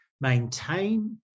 maintain